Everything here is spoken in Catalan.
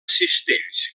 cistells